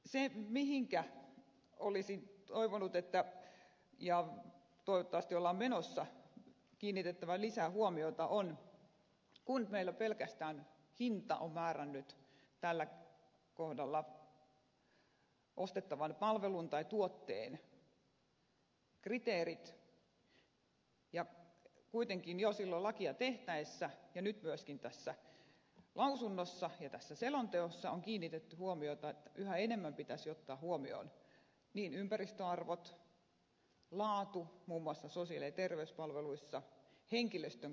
se mihinkä olisin toivonut ja toivottavasti ollaan menossa kiinnitettävän lisää huomiota on että kun meillä pelkästään hinta on määrännyt tällä kohdalla ostettavan palvelun tai tuotteen kriteerit kuitenkin jo silloin lakia tehtäessä ja nyt myöskin tässä lausunnossa ja tässä selonteossa on kiinnitetty huomiota siihen että yhä enemmän pitäisi ottaa huomioon ympäristöarvot laatu muun muassa sosiaali ja terveyspalveluissa henkilöstön koulutus ja henkilöstön asema ynnä muuta